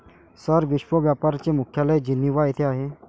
sir, विश्व व्यापार चे मुख्यालय जिनिव्हा येथे आहे